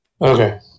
Okay